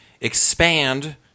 expand